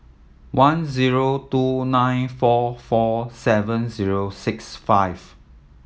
one zero two nine four four seven zero six five